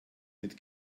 mit